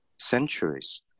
centuries